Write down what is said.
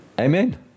Amen